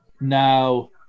Now –